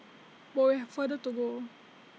but we have further to go